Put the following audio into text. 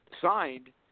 signed